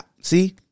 See